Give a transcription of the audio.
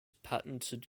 patented